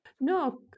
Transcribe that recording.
No